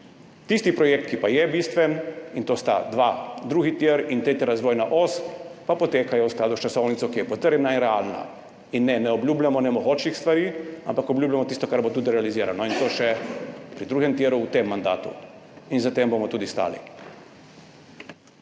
Tisti projekt, ki pa je bistven, in to sta dva, drugi tir in tretja razvojna os, pa poteka v skladu s časovnico, ki je potrjena in realna. In ne, ne obljubljamo nemogočih stvari, ampak obljubljamo tisto, kar bo tudi realizirano. In to pri drugem tiru še v tem mandatu. Za tem bomo tudi stali.